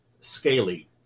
scaly